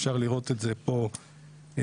אפשר לראות את זה פה במפה.